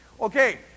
Okay